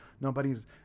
Nobody's